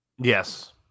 Yes